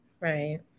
Right